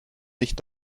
nicht